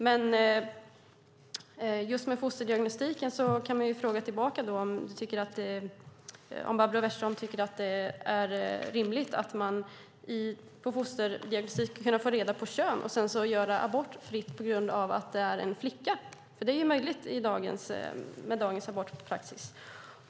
Men vad gäller fosterdiagnostiken kan jag fråga tillbaka om Barbro Westerholm tycker att det är rimligt att man genom fosterdiagnostik ska kunna få reda på kön och sedan göra abort fritt på grund av att det är en flicka. Det är möjligt med dagens abortpraxis.